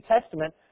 Testament